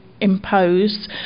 imposed